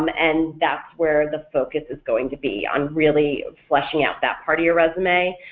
um and that's where the focus is going to be on really fleshing out that part of your resume.